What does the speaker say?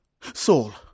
Saul